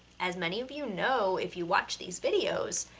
as many of you know, if you watch these videos,